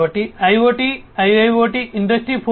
కాబట్టి IoT IIoT industry 4